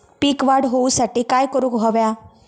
पीक वाढ होऊसाठी काय करूक हव्या?